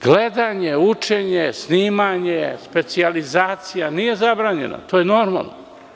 Gledanje, učenje, snimanje, specijalizacija, nije zabranjena, to je normalno.